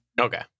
Okay